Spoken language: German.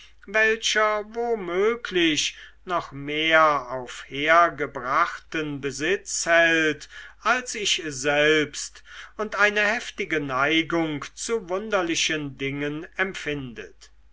welcher womöglich noch mehr auf hergebrachten besitz hält als ich selbst und eine heftige neigung zu wunderlichen dingen empfindet